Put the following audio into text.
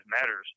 matters